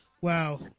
Wow